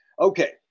Okay